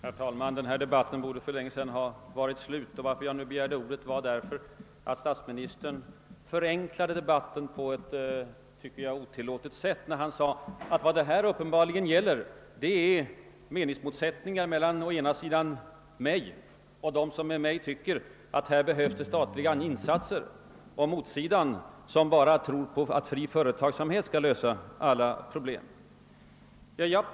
Herr talman! Denna debatt borde för länge sedan ha varit slut. Att jag nu begärt ordet beror på att statsministern förenklade debatten på ett, som jag tycker, otillåtligt sätt, när han sade att vad det här uppenbarligen gäller är meningsmotsättningar mellan dem som tycker att det behövs statliga insatser i Norrland och dem som bara tror på att fri företagsamhet skall lösa alla problem. Herr statsminister!